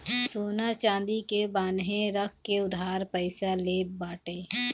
सोना चांदी के बान्हे रख के उधार पईसा लेत बाटे